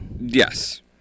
Yes